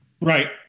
Right